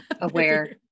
aware